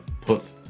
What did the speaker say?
put